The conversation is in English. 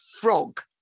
frog